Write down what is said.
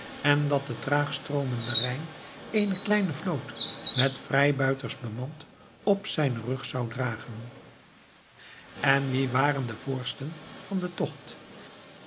en dat de traag stroomde rijn eene kleine vloot met vrijbuiters bemand op zijnen rug zou dragen en wie waren de voorsten van den tocht